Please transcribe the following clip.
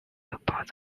about